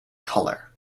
color